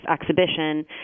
exhibition